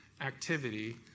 activity